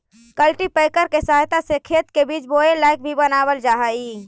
cultipacker के सहायता से खेत के बीज बोए लायक भी बनावल जा हई